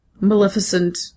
maleficent